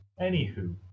anywho